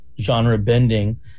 genre-bending